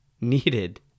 needed